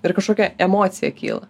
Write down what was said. ir kažkokia emocija kyla